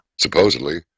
supposedly